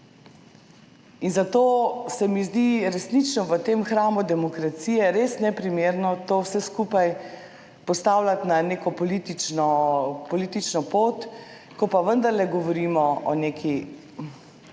In zato se mi zdi resnično v tem hramu demokracije res neprimerno to vse skupaj postavljati na neko politično pot, ko pa vendarle govorimo o nekem